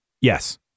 Yes